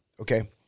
Okay